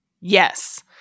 yes